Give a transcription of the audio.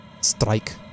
Strike